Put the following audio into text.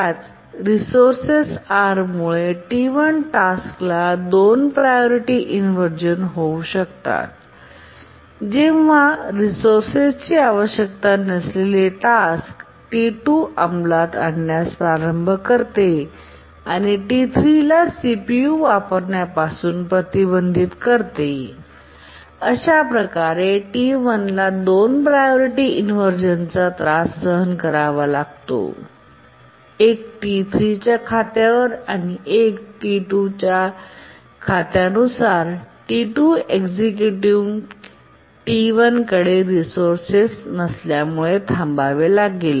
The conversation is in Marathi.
त्याच रिसोर्सेस Rमुळे T1 टास्कला 2 प्रायॉरीटी इनव्हर्जन होऊ शकतो जेव्हा रिसोर्सेस ची आवश्यकता नसलेली टास्क T2 अंमलात आणण्यास प्रारंभ करते आणि T3 ला सीपीयू वापरण्यापासून प्रतिबंधित करते आणि अशा प्रकारे T1 ला 2 प्रायॉरीटी इनव्हर्जन चा त्रास सहन करावा लागतो एक T3 च्या खात्यावर आणि इतर T2 च्या खात्यानुसार T2 एक्झिक्यूटिंग T1 कडे रिसोर्सेस नसल्यामुळे थांबावे लागेल